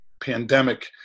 pandemic